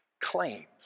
claims